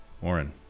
Warren